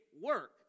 work